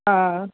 ஆ ஆ